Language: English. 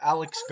Alex